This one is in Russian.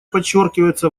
подчеркивается